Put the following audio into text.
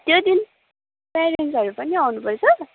त्यो दिन प्यारेन्ट्सहरू पनि आउनुपर्छ